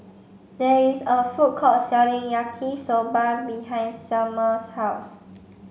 there is a food court selling Yaki Soba behind Sumner's house